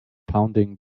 pounding